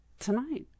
Tonight